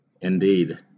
Indeed